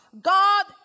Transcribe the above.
God